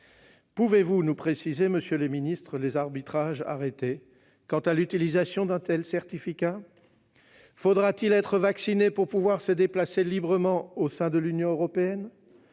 Pouvez-vous nous préciser, monsieur le secrétaire d'État, les arbitrages arrêtés quant à l'utilisation d'un tel certificat ? Faudra-t-il être vacciné pour pouvoir se déplacer librement au sein de l'Union européenne